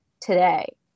today